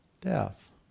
death